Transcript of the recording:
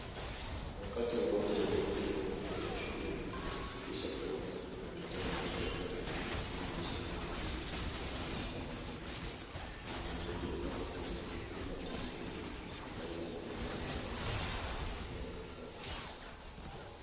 Wakati wowote ule unapokuwa shuleni hakikisha kuwa unapata nafasi ya kuenda na kutumia mashine ya tarakilishi au kompyuta. Inasaidia sana kwa kujifunza mambo mengi ambayo yanaendelea ya kiteknolojia ya kisasa.